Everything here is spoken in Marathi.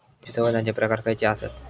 पशुसंवर्धनाचे प्रकार खयचे आसत?